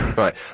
Right